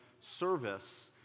service